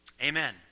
Amen